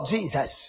Jesus